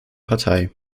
partei